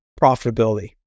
profitability